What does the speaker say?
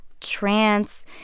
trance